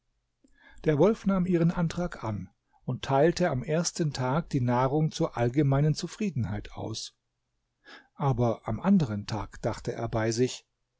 der wolf nahm ihren antrag an und teilte am ersten tag die nahrung zur allgemeinen zufriedenheit aus aber am anderen tag dachte er bei sich